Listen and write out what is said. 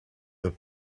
the